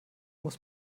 muss